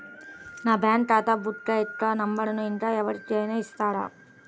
నా బ్యాంక్ ఖాతా బుక్ యొక్క నంబరును ఇంకా ఎవరి కైనా ఇస్తారా?